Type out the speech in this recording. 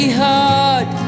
hard